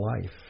life